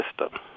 system